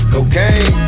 Cocaine